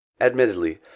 Admittedly